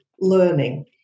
learning